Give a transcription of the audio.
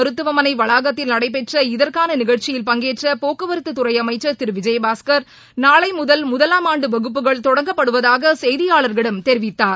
மருத்துவமனைவளாகத்தில் நடைபெற்ற இதற்கானநிகழ்ச்சியில் பங்கேற்றபோக்குவரத்துதுறைஅமைச்சர் கரூர் திருவிஜயபாஸ்கர் நாளைமுதல் முதலாம் ஆண்டுவகுப்புகள் தொடங்கப்படுவதாகசெய்தியாளர்களிடம் தெரிவித்தார்